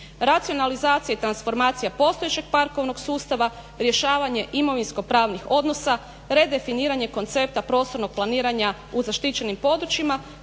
Racionalizacija i transformacija postojećeg parkovnog sustava, rješavanje imovinsko-pravnih odnosa, redefiniranje koncepta prostornog planiranja u zaštićenih područjima